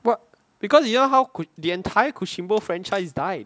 what because you know how could the entire Kushinbo franchise died